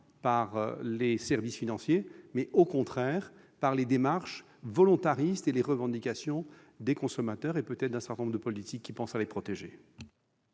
par les services financiers, mais obtenus par les démarches volontaristes et les revendications des consommateurs et, peut-être, d'un certain nombre de responsables politiques qui pensent à les protéger.